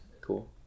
cool